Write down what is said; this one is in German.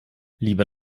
lieber